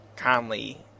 Conley